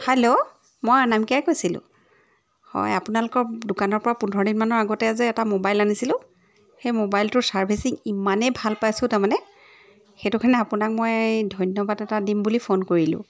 hello মই অনামিকাই কৈছিলোঁ হয় আপোনালোকৰ দোকানৰ পৰা পোন্ধৰ দিনমানৰ আগতে যে এটা মোবাইল আনিছিলোঁ সেই মোবাইলটোৰ ছাৰ্ভিচিং ইমানেই ভাল পাইছোঁ তাৰমানে সেইটো কাৰণে আপোনাক মই ধন্যবাদ এটা দিম বুলি ফোন কৰিলোঁ